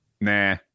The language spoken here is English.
nah